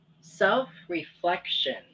Self-reflection